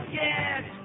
yes